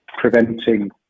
preventing